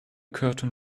curtain